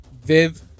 Viv